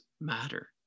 matter